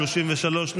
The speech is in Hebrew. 33,